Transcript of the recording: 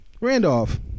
Randolph